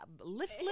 lift